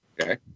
okay